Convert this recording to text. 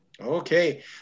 Okay